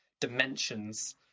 dimensions